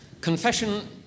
confession